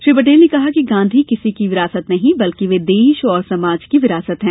श्री पटेल ने कहा कि गांधी किसी की विरासत नहीं बल्कि वे देश और समाज की विरासत हैं